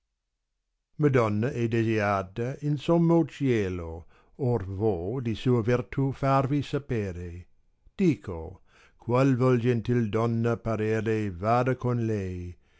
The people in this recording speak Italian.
madonna è desiata in sommo cielo or vo di sua tertù farvi sapere dico qual vuol gentil donna parere vada con lei